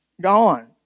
gone